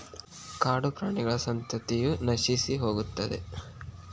ಕಾಡುಪ್ರಾಣಿಗಳ ಸಂತತಿಯ ನಶಿಸಿಹೋಗುತ್ತದೆ